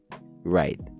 right